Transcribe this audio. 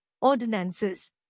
ordinances